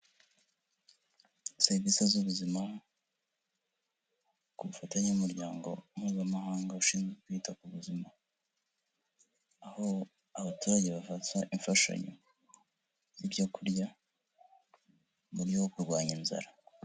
Serivisi z' ubuzima ku bufatanye n'umuryango mpuzamahanga ushinzwe kwita ku buzima, aho abaturage bafata imfashanyo y'ibyo kurya muburyo bwo kurwanya inzara.